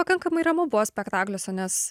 pakankamai ramu buvo spektakliuose nes